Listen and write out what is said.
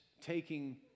taking